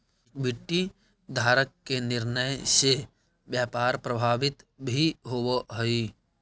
equity धारक के निर्णय से व्यापार प्रभावित भी होवऽ हइ